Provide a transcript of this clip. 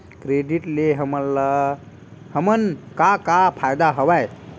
Credit ले हमन का का फ़ायदा हवय?